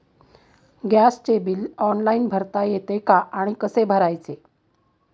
गॅसचे bill online भरता येते का आणि कसे भरायचे?